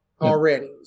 already